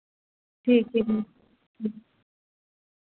ठीक ऐ जी